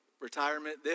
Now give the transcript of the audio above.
Retirement